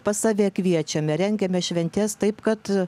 pas save kviečiame rengiame šventes taip kad